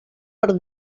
per